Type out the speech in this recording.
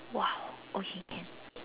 !wow! okay can